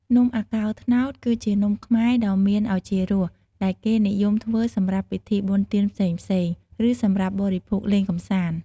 នំអាកោរត្នោត គឺជានំខ្មែរដ៏មានឱជារស ដែលគេនិយមធ្វើសម្រាប់ពិធីបុណ្យទានផ្សេងៗ ឬសម្រាប់បរិភោគលេងកម្សាន្ត។